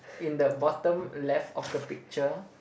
in the bottom left of the picture